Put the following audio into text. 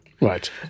Right